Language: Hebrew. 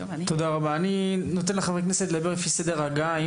אני נותן לחברי הכנסת לדבר לפי סדר ההגעה.